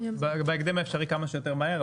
בהקדם האפשרי, כמה שיותר מהר.